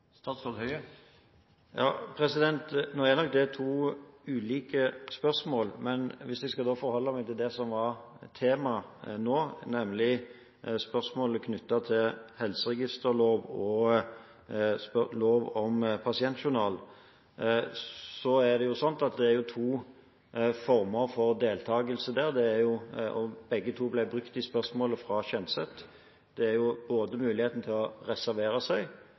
er nok to ulike spørsmål, men hvis jeg skal forholde meg til det som var tema nå, nemlig spørsmålet knyttet til helseregisterlov og pasientjournallov, er det to former for deltagelse der. Begge to ble brukt i spørsmålet fra Kjenseth. Det er både muligheten til å reservere seg